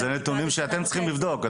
כן, זה נתונים שאתם צריכים לבדוק.